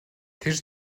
тэр